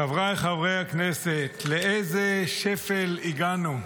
חבריי חברי הכנסת, לאיזה שפל הגענו.